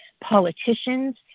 politicians